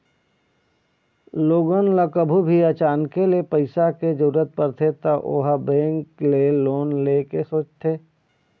लोगन ल कभू भी अचानके ले पइसा के जरूरत परथे त ओ ह बेंक ले लोन ले के सोचथे